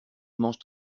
mange